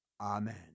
Amen